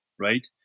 Right